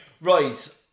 Right